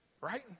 Right